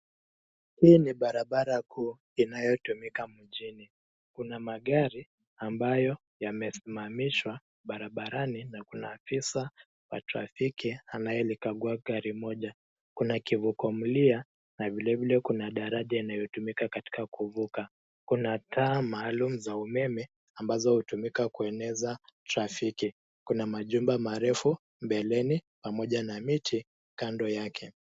Hii ni barabara inayotumika sana. Kuna magari yaliyosimama au kupelekwa barabarani, na afisa wa trafiki amesimama akidhibiti gari moja. Kuna kizuizi cha barabara na daraja linalotumika kwa usafirishaji. Kuna ishara za barabarani zinazosaidia kuongoza trafiki. Kando ya barabara kuna majumba marefu pamoja na miti